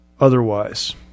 otherwise